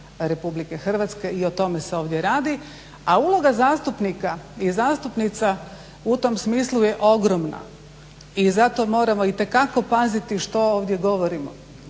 vrednota Ustava RH i o tome se ovdje radi, a uloga zastupnika i zastupnica u tom smislu je ogromna. I zato moramo itekako paziti što ovdje govorimo